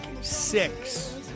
six